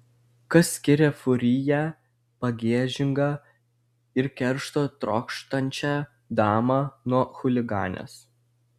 kas skiria furiją pagiežingą ir keršto trokštančią damą nuo chuliganės